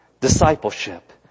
Discipleship